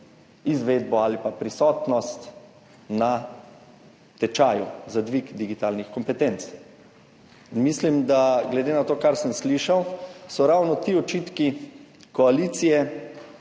izvedbo ali pa prisotnost na tečaju za dvig digitalnih kompetenc. In mislim, da glede na to, kar sem slišal, so ravno ti očitki koalicije